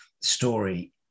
story